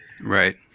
right